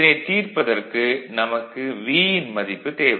இதனைத் தீர்ப்பதற்கு நமக்கு V ன் மதிப்பு தேவை